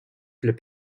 plaît